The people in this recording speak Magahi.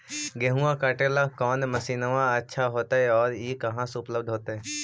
गेहुआ काटेला कौन मशीनमा अच्छा होतई और ई कहा से उपल्ब्ध होतई?